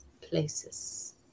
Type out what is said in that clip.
places